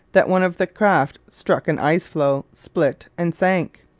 that one of the craft struck an icefloe, split, and sank.